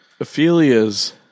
Ophelia's